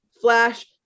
Flash